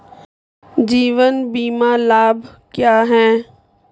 जीवन बीमा लाभ क्या हैं?